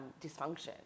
dysfunction